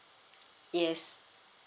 yes